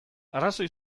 arrazoi